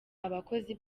abakozi